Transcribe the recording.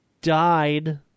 died